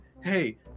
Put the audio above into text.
hey